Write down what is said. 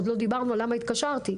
עוד לא דיברנו למה התקשרתי,